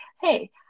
hey